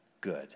good